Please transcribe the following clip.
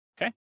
okay